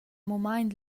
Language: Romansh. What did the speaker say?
mumaint